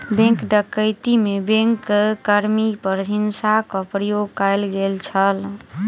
bank डकैती में bank कर्मी पर हिंसाक प्रयोग कयल गेल छल